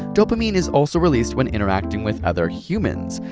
dopamine is also released when interacting with other humans.